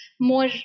more